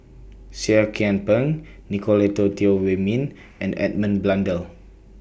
Seah Kian Peng Nicolette Teo Wei Min and Edmund Blundell